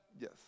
Yes